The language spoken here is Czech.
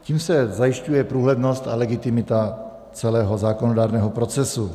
Tím se zajišťuje průhlednost a legitimita celého zákonodárného procesu.